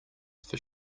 for